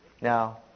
Now